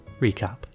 Recap